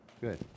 Good